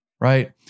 right